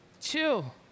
chill